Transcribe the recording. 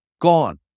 Gone